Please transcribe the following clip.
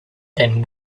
than